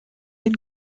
den